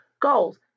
goals